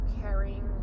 caring